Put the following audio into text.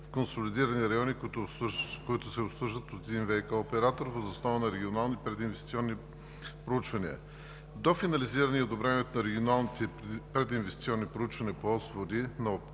в консолидирани райони, които се обслужват от един ВиК оператор въз основа на регионални прединвестиционни проучвания. До финализиране е одобрението на регионалните прединвестиционни проучвания по ос 1: „Води“ на Оперативна